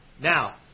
Now